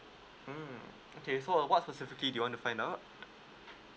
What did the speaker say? mm okay so what's the do you want to find out